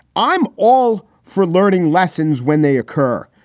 i'm all for learning lessons when they occur,